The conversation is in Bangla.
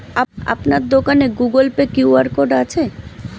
আপনার দোকানে গুগোল পে কিউ.আর কোড আছে?